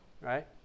right